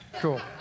Cool